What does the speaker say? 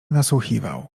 nasłuchiwał